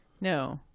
No